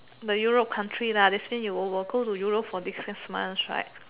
the Europe country lah that seems you'll all go to Europe for this six playground that's right